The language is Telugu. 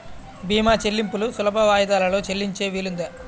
భీమా చెల్లింపులు సులభ వాయిదాలలో చెల్లించే వీలుందా?